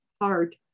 hard